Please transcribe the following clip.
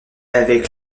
avec